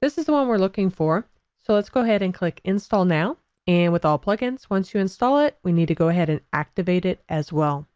this is the one we're looking for so let's go ahead and click install now and with all plugins once you install it we need to go ahead and activate it as well.